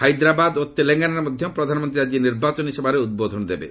ହାଇଦ୍ରାବାଦ ଓ ତେଲେଙ୍ଗାନାରେ ମଧ୍ୟ ପ୍ରଧାନମନ୍ତ୍ରୀ ଆଜି ନିର୍ବାଚନୀ ସଭାରେ ଉଦ୍ବୋଧନ ଦେବେ